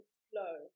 flow